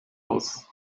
aus